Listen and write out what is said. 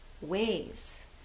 ways